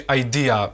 idea